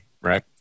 right